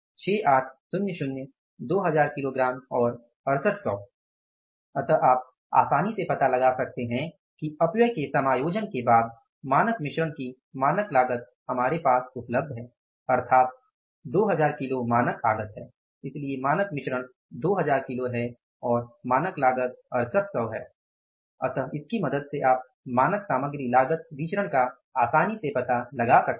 6800 2000 kilogram और 6800 अतः आप आसानी से पता लगा सकते है कि अपव्यय के समायोजन के बाद मानक मिश्रण की मानक लागत हमारे पास उपलब्ध है अर्थात 2000 किलो मानक आगत है इसलिए मानक मिश्रण 2000 किलो है और मानक लागत 6800 है इसलिए इसकी मदद से आप मानक सामग्री लागत विचरण का आसानी से पता लगा सकते हैं